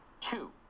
Two